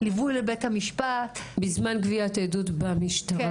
ליווי לבית המשפט --- בזמן גביית עדות במשטרה,